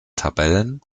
tabellen